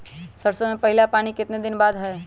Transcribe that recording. सरसों में पहला पानी कितने दिन बाद है?